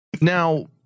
Now